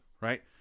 Right